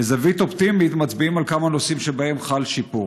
מזווית אופטימית מצביעים על כמה נושאים שבהם חל שיפור.